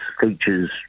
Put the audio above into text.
features